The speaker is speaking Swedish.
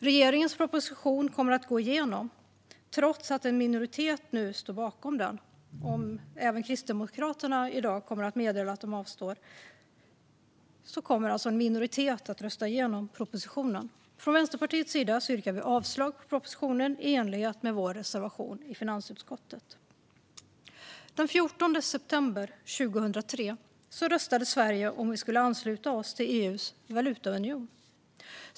Regeringens proposition kommer att gå igenom, trots att bara en minoritet står bakom den. Även om Kristdemokraterna i dag kommer att meddela att de avstår kommer en minoritet att rösta igenom propositionen. För Vänsterpartiets del yrkar jag avslag på propositionen i enlighet med vår reservation i finansutskottet. Den 14 september 2003 röstade vi i Sverige om vi skulle ansluta oss till EU:s valutaunion.